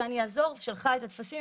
אני אעזור ושלחה את הטפסים,